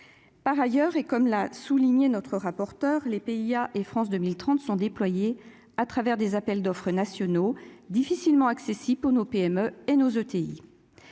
par ailleurs et comme l'a souligné, notre rapporteur les PIA et France 2030 sont déployés à travers des appels d'offres nationaux difficilement accessible pour nos PME et nos ETI,